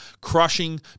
crushing